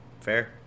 Fair